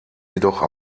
jedoch